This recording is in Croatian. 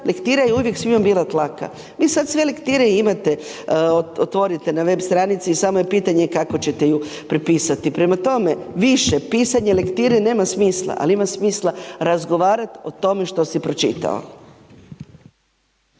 lektira je uvijek svima bila tlaka, vi sad sve lektire imate, otvorite na web stranici, samo je pitanje kako ćete ju prepisati. Prema tome, više pisanje lektire nema smisla, ali ima smisla razgovarat o tome što si pročitao.